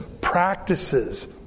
practices